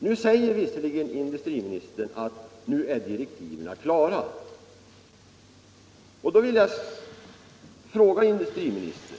Nu säger visserligen industriministern att direktiven är klara, men då vill jag ställa en fråga till industriministern.